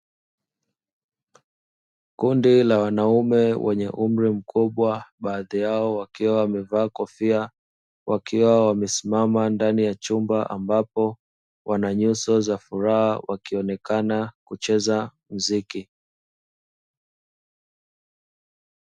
Kundi la wanaume wenye umri mkubwa baadhi yao, wakiwa wamevaa kofia wakiwa wamesimama ndani ya chumba ambapo wana nyuso za furaha wakionekana kucheza mziki.